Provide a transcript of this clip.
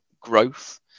growth